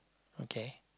okay